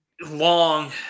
long